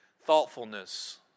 thoughtfulness